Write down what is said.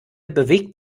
bewegt